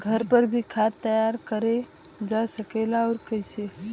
घर पर भी खाद तैयार करल जा सकेला और कैसे?